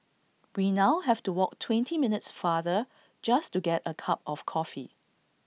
we now have to walk twenty minutes farther just to get A cup of coffee